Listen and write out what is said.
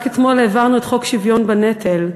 רק אתמול העברנו את חוק שוויון בנטל.